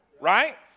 right